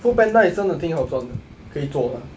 foodpanda is 真的挺好赚的可以做 lah